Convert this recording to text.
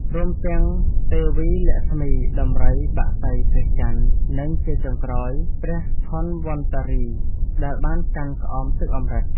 រួមទាំងទេវីលក្ស្មី ដំរី បក្សី ព្រះចន្ទ និងជាចុងក្រោយ ព្រះធនវន្តរី ដែលបានកាន់ក្អមទឹកអម្រឹត។